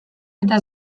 eta